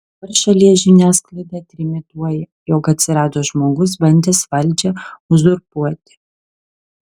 dabar šalies žiniasklaida trimituoja jog atsirado žmogus bandęs valdžią uzurpuoti